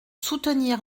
soutenir